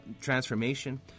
transformation